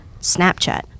Snapchat